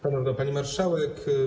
Szanowna Pani Marszałek!